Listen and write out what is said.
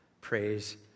Praise